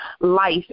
life